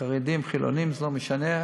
חרדים, חילונים, זה לא משנה.